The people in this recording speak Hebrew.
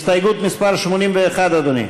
הסתייגות מס' 81, אדוני?